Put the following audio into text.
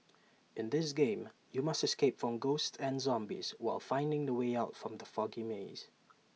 in this game you must escape from ghosts and zombies while finding the way out from the foggy maze